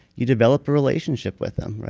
you develop a relationship with them.